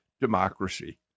democracy